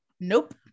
Nope